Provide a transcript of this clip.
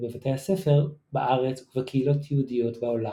בבתי הספר בארץ ובקהילות יהודיות בעולם.